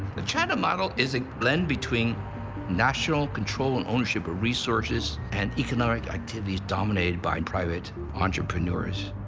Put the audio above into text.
the china model is a blend between national control and ownership of resources and economic activities dominated by and private entrepreneurs.